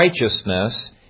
righteousness